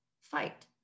fight